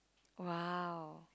!wow!